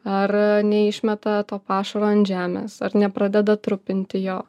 ar neišmeta to pašaro ant žemės ar nepradeda trupinti jo